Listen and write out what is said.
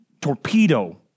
torpedo